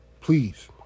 Please